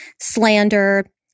slander